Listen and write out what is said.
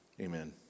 Amen